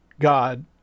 God